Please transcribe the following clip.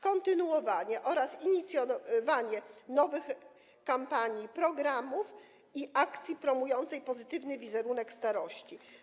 Kontynuowanie oraz inicjowanie nowych kampanii, programów i akcji promujących pozytywny wizerunek starości.